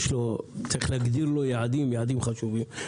צריך להגדיר לו יעדים, יעדים חשובים.